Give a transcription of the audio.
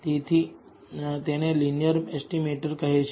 તેથી તેને linear estimator કહે છે